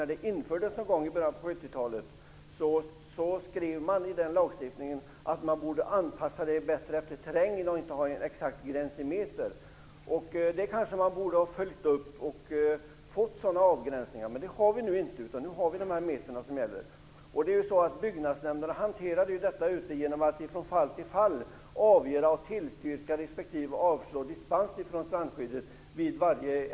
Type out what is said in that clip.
När det infördes i början av 70-talet skrevs i lagstiftningen att man borde anpassa det bättre efter terrängen och inte ha en exakt gräns i meter. Det borde man kanske ha följt upp och gjort avgränsningar. Men det har vi inte gjort, utan nu har vi dessa metergränser som gäller. Byggnadsnämnderna hanterar detta genom att från fall till fall tillstyrka respektive avslå dispens från strandskyddet.